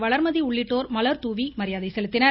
வளர்மதி உள்ளிட்டோர் மலர்தூவி மரியாதை செலுத்தினர்